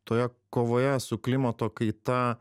toje kovoje su klimato kaita